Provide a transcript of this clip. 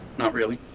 not really.